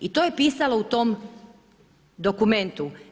I to je pisalo u tom dokumentu.